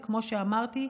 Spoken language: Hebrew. וכמו שאמרתי,